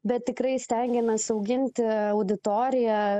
bet tikrai stengiamės auginti auditoriją